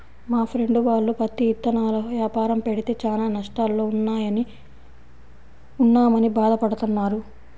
మా ఫ్రెండు వాళ్ళు పత్తి ఇత్తనాల యాపారం పెడితే చానా నష్టాల్లో ఉన్నామని భాధ పడతన్నారు